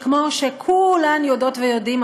וכמו שכולן יודעות ויודעים,